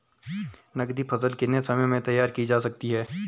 नगदी फसल कितने समय में तैयार की जा सकती है?